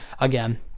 again